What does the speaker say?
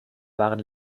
waren